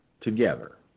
together